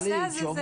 מעלית?